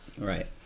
Right